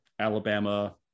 Alabama